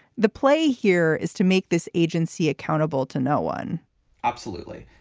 the play here is to make this agency accountable to no one absolutely.